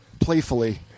playfully